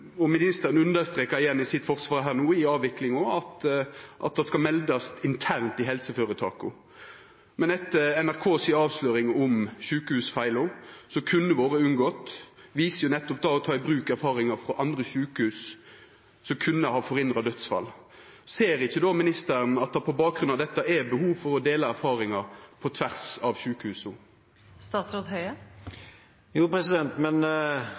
helseføretaka. Men NRK si avsløring om sjukehusfeila som kunne vore unngått, viser at nettopp det å ta i bruk erfaringar frå andre sjukehus kunne ha forhindra dødsfall. Ser ikkje ministeren at det på bakgrunn av dette er behov for å dela erfaringar på tvers av sjukehusa? Jo, men